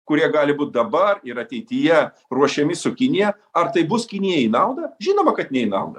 kurie gali būt dabar ir ateityje ruošiami su kinija ar tai bus kinijai į naudą žinoma kad ne į naudą